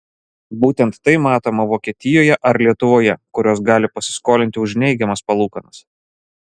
būtent tai matoma vokietijoje ar lietuvoje kurios gali pasiskolinti už neigiamas palūkanas